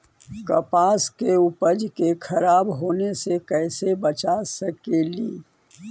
कपास के उपज के खराब होने से कैसे बचा सकेली?